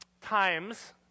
times